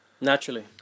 Naturally